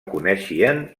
coneixien